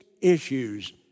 issues